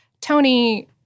Tony